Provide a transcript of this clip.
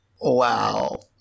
Wow